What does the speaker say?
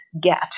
get